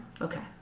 Okay